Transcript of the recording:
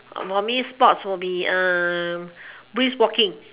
for me sports will be brisk walking